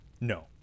no